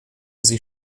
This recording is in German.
sich